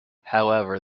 however